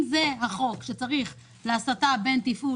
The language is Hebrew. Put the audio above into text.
אם החוק קובע שצריך לשם הסטה בין תפעול